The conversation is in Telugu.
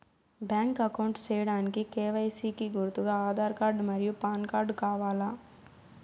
బ్యాంక్ అకౌంట్ సేయడానికి కె.వై.సి కి గుర్తుగా ఆధార్ కార్డ్ మరియు పాన్ కార్డ్ కావాలా?